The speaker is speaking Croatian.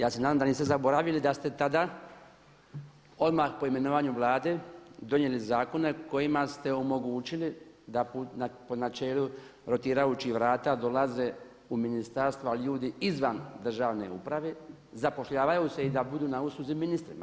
Ja se nadam da niste zaboravili da ste tada odmah po imenovanju Vlade donijeli zakone kojima ste omogućili da po načelu rotirajućih Vlada dolaze u ministarstva ljudi izvan državne uprave, zapošljavaju se i da budu na usluzi ministrima.